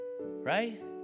Right